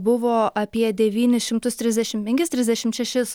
buvo apie devynis šimtus trisdešimt penkis trisdešimt šešis